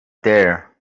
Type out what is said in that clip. there